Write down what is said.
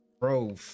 bro